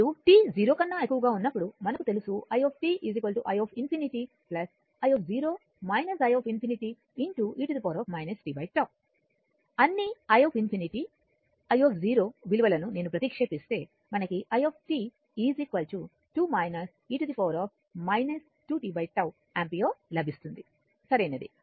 మరియు t 0 కన్నా ఎక్కువగా ఉన్నప్పుడు మనకు తెలుసుi i ∞ i i ∞ e tτ అన్ని i ∞ i విలువలను నేను ప్రతిక్షేపిస్తే మనకి i 2 e 2t యాంపియర్ లభిస్తుంది సరైనది